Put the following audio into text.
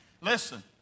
listen